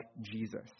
Jesus